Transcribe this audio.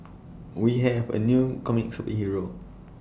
we have A new comic superhero